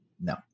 no